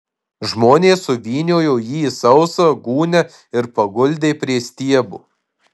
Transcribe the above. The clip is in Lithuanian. žmonės suvyniojo jį į sausą gūnią ir paguldė prie stiebo